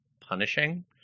punishing